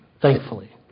thankfully